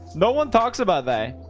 no one talks about that.